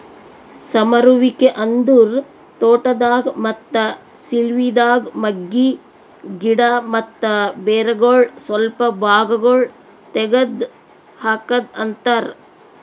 ಸಮರುವಿಕೆ ಅಂದುರ್ ತೋಟದಾಗ್, ಮತ್ತ ಸಿಲ್ವಿದಾಗ್ ಮಗ್ಗಿ, ಗಿಡ ಮತ್ತ ಬೇರಗೊಳ್ ಸ್ವಲ್ಪ ಭಾಗಗೊಳ್ ತೆಗದ್ ಹಾಕದ್ ಅಂತರ್